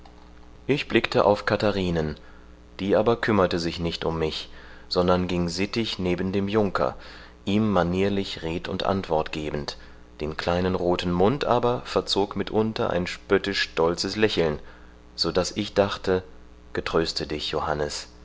ich blickte auf katharinen die aber kümmerte sich nicht um mich sondern ging sittig neben dem junker ihm manierlich red und antwort gebend den kleinen rothen mund aber verzog mitunter ein spöttisch stolzes lächeln so daß ich dachte getröste dich johannes